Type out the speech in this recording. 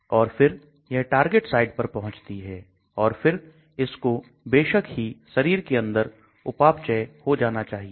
और फिर यह टारगेट साइट पर पहुंचती है और फिर इसको बेशक ही शरीर के अंदर उपापचय हो जाना चाहिए